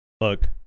Look